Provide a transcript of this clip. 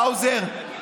האוזר,